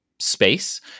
Space